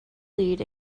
lead